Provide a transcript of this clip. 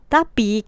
Tapi